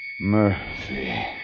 Murphy